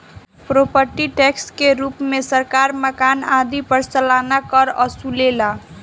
property tax के रूप में सरकार मकान आदि पर सालाना कर वसुलेला